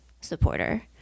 supporter